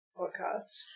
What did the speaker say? podcast